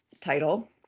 title